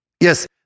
Yes